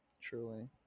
truly